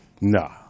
No